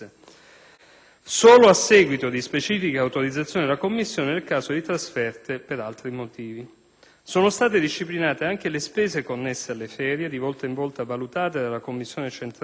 solo a seguito di specifica autorizzazione della commissione, nel caso di trasferte per altri motivi. Sono state disciplinate anche le spese connesse alle ferie, di volta in volta valutate dalla commissione centrale